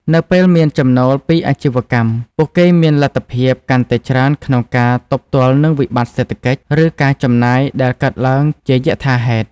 នៅពេលមានចំណូលពីអាជីវកម្ម ពួកគេមានលទ្ធភាពកាន់តែច្រើនក្នុងការទប់ទល់នឹងវិបត្តិសេដ្ឋកិច្ច ឬការចំណាយដែលកើតឡើងជាយថាហេតុ។